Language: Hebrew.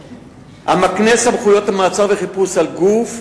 המקנה סמכויות מעצר וחיפוש על גוף,